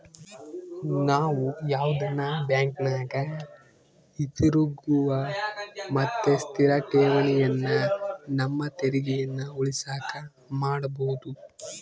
ನಾವು ಯಾವುದನ ಬ್ಯಾಂಕಿನಗ ಹಿತಿರುಗುವ ಮತ್ತೆ ಸ್ಥಿರ ಠೇವಣಿಯನ್ನ ನಮ್ಮ ತೆರಿಗೆಯನ್ನ ಉಳಿಸಕ ಮಾಡಬೊದು